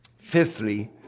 Fifthly